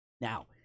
Now